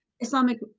Islamic